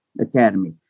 Academy